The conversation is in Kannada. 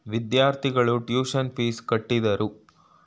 ವಿದ್ಯಾರ್ಥಿಗಳು ಟ್ಯೂಷನ್ ಪೀಸ್ ಕಟ್ಟಿದರು